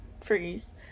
freeze